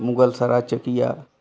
Mughalsarai Chekiya